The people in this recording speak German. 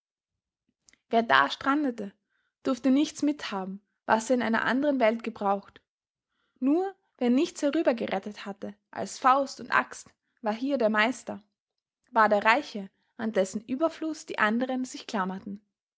wer da strandete durfte nichts mithaben was er in einer anderen welt gebraucht nur wer nichts herübergerettet hatte als faust und axt war hier der meister war der reiche an dessen überfluß die anderen sich klammerten